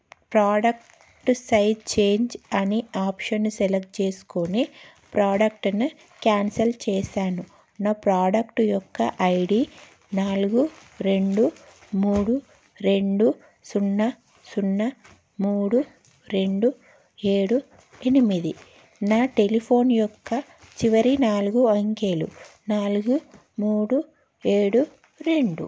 product size change అని ఆప్షన్ని select చేసుకోని ప్రొడక్ట్ని క్యాన్సిల్ చేశాను నా ప్రొడక్ట్ యొక్క ఐ డీ నాలుగు రెండు మూడు రెండు సున్నా సున్నా మూడు రెండు ఏడు ఎనిమిది నా టెలిఫోన్ యొక్క చివరి నాలుగు అంకెలు నాలుగు మూడు ఏడు రెండు